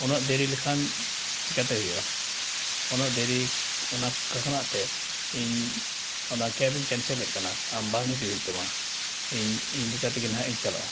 ᱩᱱᱟᱹᱜ ᱫᱮᱨᱤ ᱞᱮᱠᱷᱟᱱ ᱪᱤᱠᱟᱹᱛᱮ ᱦᱩᱭᱩᱜᱼᱟ ᱩᱱᱟᱹᱜ ᱫᱮᱨᱤ ᱚᱱᱟ ᱠᱷᱚᱱᱟᱜᱛᱮ ᱤᱧ ᱚᱱᱟ ᱠᱮᱵᱽᱤᱧ ᱠᱮᱱᱥᱮᱞᱮᱫ ᱠᱟᱱᱟ ᱟᱢ ᱵᱟᱝ ᱦᱤᱡᱩᱜ ᱦᱩᱭᱩᱜ ᱛᱟᱢᱟ ᱤᱧ ᱤᱧᱞᱮᱠᱟ ᱛᱮᱜᱮ ᱱᱟᱦᱟᱜᱤᱧ ᱪᱟᱞᱟᱜᱼᱟ